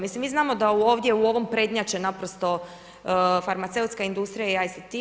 Mislim mi znamo da ovdje u ovom prednjače naprosto farmaceutska industrija i ICT.